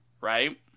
right